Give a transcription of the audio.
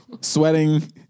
sweating